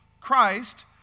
Christ